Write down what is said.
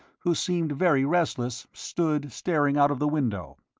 who seemed very restless, stood staring out of the window.